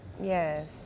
Yes